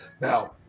Now